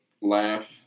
laugh